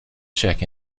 check